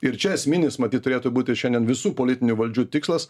ir čia esminis matyt turėtų būti šiandien visų politinių valdžių tikslas